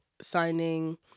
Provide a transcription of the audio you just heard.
signing